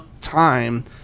time